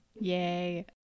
Yay